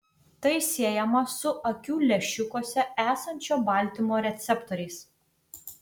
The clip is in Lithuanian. tai siejama su akių lęšiukuose esančio baltymo receptoriais